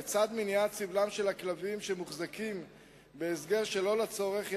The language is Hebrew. לצד מניעת סבלם של הכלבים שמוחזקים בהסגר שלא לצורך,